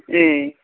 ए